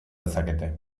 dezakete